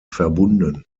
verbunden